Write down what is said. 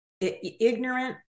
ignorant